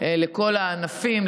לכל הענפים,